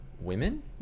women